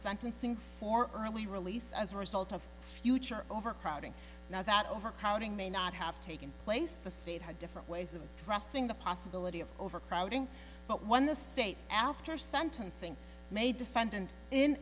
sentencing for early release as a result of future overcrowding now that overcrowding may not have taken place the state had different ways of addressing the possibility of overcrowding but when the state after sentencing made defendant in